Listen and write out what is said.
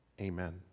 amen